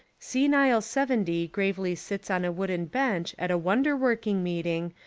senile seventy gravely sits on a wooden bench at a wonder-working meeting,